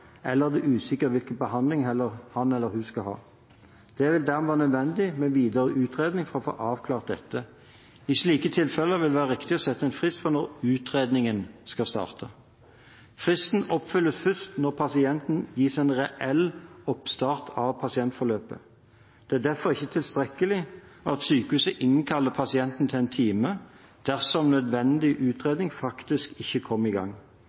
eller det er usikkert hvilken behandling han eller hun skal ha. Det vil dermed være nødvendig med videre utredning for å få avklart dette. I slike tilfeller vil det være riktig å sette en frist for når utredningen skal starte. Fristen oppfylles først når pasienten gis en reell oppstart på pasientforløpet. Det er derfor ikke tilstrekkelig at sykehuset innkaller pasienten til en time, dersom nødvendig utredning faktisk ikke kommer i gang.